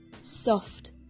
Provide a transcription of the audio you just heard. soft